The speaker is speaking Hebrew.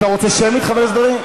אתה רוצה שמית, חבר הכנסת דרעי?